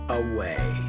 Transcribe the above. away